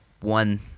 one